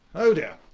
oh dear.